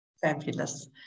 Fabulous